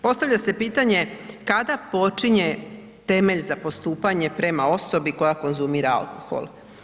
Postavlja se pitanje kada počinje temelj za postupanje prema osobi koja konzumira alkohol.